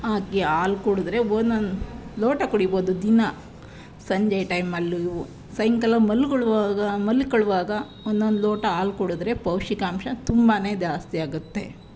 ಹಾಕಿ ಹಾಲು ಕುಡಿದ್ರೆ ಒಂದೊಂದು ಲೋಟ ಕುಡಿಬಹುದು ದಿನಾ ಸಂಜೆ ಟೈಮಲ್ಲೂ ಸಾಯಂಕಾಲ ಮಲ್ಕೊಳ್ಳುವಾಗ ಮಲ್ಕೊಳ್ಳುವಾಗ ಒಂದೊಂದು ಲೋಟ ಹಾಲು ಕುಡಿದ್ರೆ ಪೌಷ್ಟಿಕಾಂಶ ತುಂಬನೇ ಜಾಸ್ತಿಯಾಗುತ್ತೆ